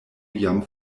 jam